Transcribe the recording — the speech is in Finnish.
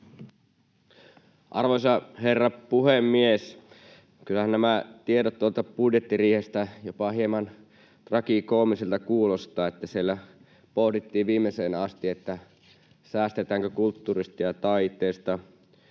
Arvoisa herra puhemies! Kyllähän nämä tiedot tuolta budjettiriihestä jopa hieman tragikoomisilta kuulostavat. Siellä pohdittiin viimeiseen asti, säästetäänkö kulttuurista ja taiteesta,